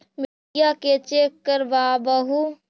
मिट्टीया के चेक करबाबहू?